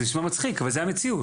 זה נשמע מצחיק אבל זה המציאות.